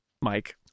mike